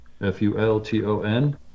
F-U-L-T-O-N